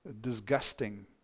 disgusting